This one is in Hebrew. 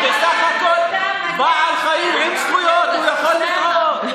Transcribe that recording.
הוא בסך הכול בעל חיים עם זכויות, הוא יכול לטעות.